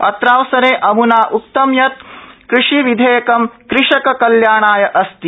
अत्रावसरे अमूना उक्तं यत् कृषिविधेयकं कृषककल्याणाय अस्ति